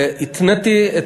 והתניתי,